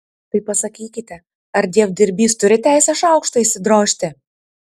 tai pasakykite ar dievdirbys turi teisę šaukštą išsidrožti